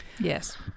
Yes